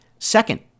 Second